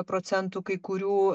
procentų kai kurių